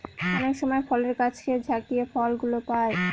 অনেক সময় ফলের গাছকে ঝাকিয়ে ফল গুলো পাই